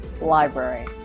library